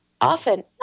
often